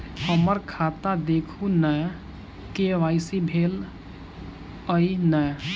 हम्मर खाता देखू नै के.वाई.सी भेल अई नै?